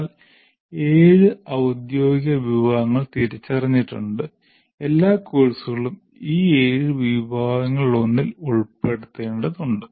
എന്നാൽ ഏഴ് ഔദ്യോഗിക വിഭാഗങ്ങൾ തിരിച്ചറിഞ്ഞിട്ടുണ്ട് എല്ലാ കോഴ്സുകളും ഈ ഏഴ് വിഭാഗങ്ങളിലൊന്നിൽ ഉൾപ്പെടുത്തേണ്ടതുണ്ട്